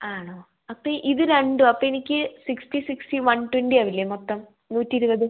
ആണോ അപ്പോള് ഇതു രണ്ടും അപ്പോള് എനിക്ക് സിക്സ്റ്റി സിക്സ്റ്റി വൺ ട്വൻറ്റിയാവില്ലേ മൊത്തം നൂറ്റി ഇരുപത്